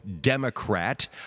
Democrat